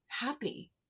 happy